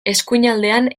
eskuinaldean